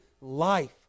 life